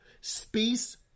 space